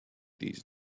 these